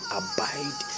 abide